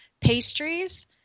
pastries